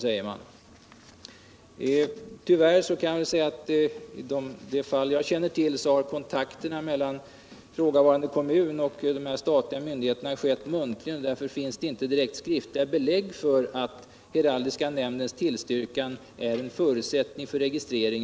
I det fall jag känner till, nämligen Järfälla kommun, har tyvärr kontakterna mellan ifrågavarande kommun och de statliga myndigheterna skett muntligen, och därför finns det, med ett undantag, inga skriftliga belägg för att heraldiska nämndens tillstyrkan är en förutsättning för registrering.